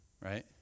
right